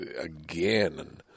again